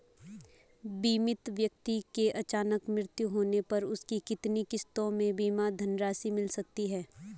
बीमित व्यक्ति के अचानक मृत्यु होने पर उसकी कितनी किश्तों में बीमा धनराशि मिल सकती है?